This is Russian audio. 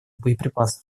боеприпасов